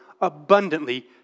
abundantly